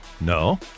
No